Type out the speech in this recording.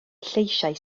lleisiau